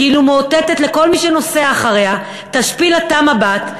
כאילו מאותתת לכל מי שנוסע אחריה: תשפיל אתה מבט,